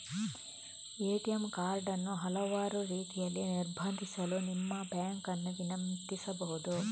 ATM card ಅನ್ನು ಹಲವಾರು ರೀತಿಯಲ್ಲಿ ನಿರ್ಬಂಧಿಸಲು ನಿಮ್ಮ ಬ್ಯಾಂಕ್ ಅನ್ನು ವಿನಂತಿಸಬಹುದು